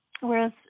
whereas